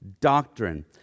doctrine